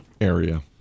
area